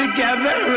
Together